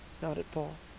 nodded paul.